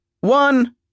one